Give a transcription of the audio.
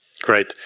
great